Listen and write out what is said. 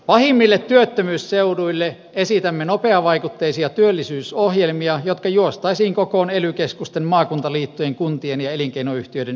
pahimmille työttömyysseuduille esitämme nopeavaikutteisia työllisyysohjelmia jotka juostaisiin kokoon ely keskusten maakuntaliittojen kuntien ja elinkeinoyhtiöiden yhteistyönä